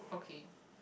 okay